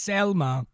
Selma